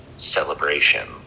celebration